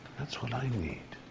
that's what i need.